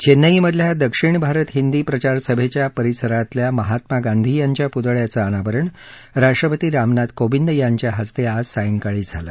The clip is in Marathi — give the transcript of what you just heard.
चेन्नईमधल्या दक्षिण भारत हिंदी प्रचार सभेच्या परिसरातल्या महात्मा गांधी यांच्या पुतळ्याचं अनावरण राष्ट्रपती रामनाथ कोविंद यांच्या हस्ते आज झालं